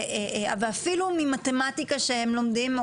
ואפילו ממתמטיקה שהם לומדים,